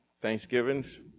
Thanksgivings